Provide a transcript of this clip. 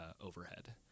overhead